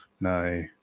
No